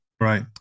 Right